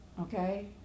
Okay